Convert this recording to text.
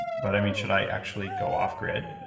but, i mean, should i actually go off grid?